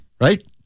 right